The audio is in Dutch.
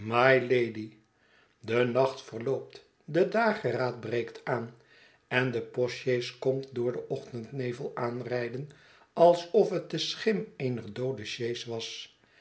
de nacht verloopt de dageraad breekt aan en de postsjees komt door den ochtendnevel aanrijden alsof het de schim eener doode sjees was